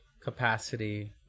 capacity